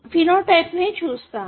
phenotype నే చూస్తాము